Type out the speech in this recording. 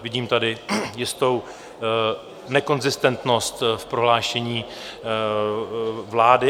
Vidím tady jistou nekonzistentnost v prohlášení vlády.